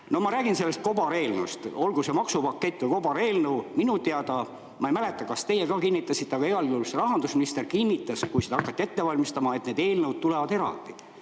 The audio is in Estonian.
Ma räägin sellest kobareelnõust. Olgu see maksupakett või kobareelnõu. Minu teada – ma ei mäleta, kas teie ka kinnitasite – rahandusminister kinnitas, kui seda hakati ette valmistama, et need eelnõud tulevad eraldi.